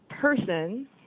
person